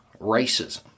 racism